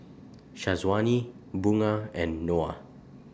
Syazwani Bunga and Noah